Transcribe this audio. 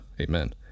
Amen